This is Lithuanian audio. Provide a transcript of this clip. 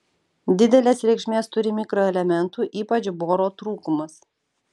didelės reikšmės turi mikroelementų ypač boro trūkumas